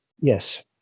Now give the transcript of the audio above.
Yes